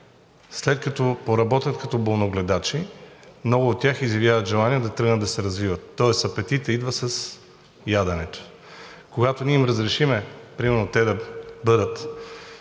след като поработят като болногледачи, много от тях изявяват желание да тръгнат да се развиват, тоест апетитът идва с яденето. Когато ние им разрешим примерно те да станат